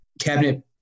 cabinet